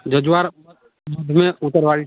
जजवार में उतरवाल